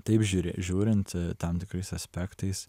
taip žiūri žiūrint tam tikrais aspektais